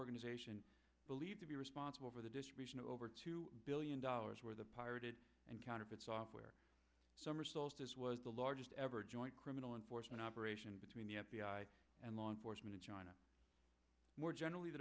organization believed to be responsible for the distribution of over two billion dollars where the pirated and counterfeit software summer solstice was the largest ever joint criminal enforcement operation between the f b i and law enforcement in china more generally the